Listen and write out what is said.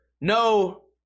No